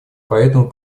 поэтому